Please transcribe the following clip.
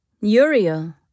Uriel